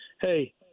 hey